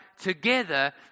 together